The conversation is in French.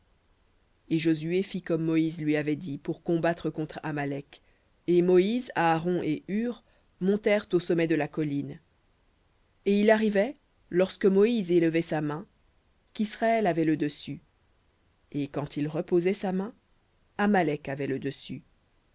et josué fit comme moïse lui avait dit pour combattre contre amalek et moïse aaron et hur montèrent au sommet de la colline et il arrivait lorsque moïse élevait sa main qu'israël avait le dessus et quand il reposait sa main amalek avait le dessus